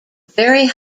very